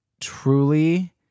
truly